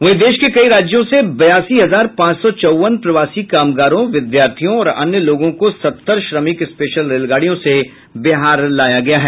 वहीं देश के कई राज्यों से बयासी हजार पांच सौ चौवन प्रवासी कामगारों विद्यार्थियों और अन्य लोगों को सत्तर श्रमिक स्पेशल रेलगाड़ियों से बिहार लाया गया है